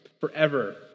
forever